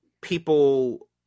people